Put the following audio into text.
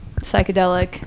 psychedelic